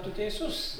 tu teisus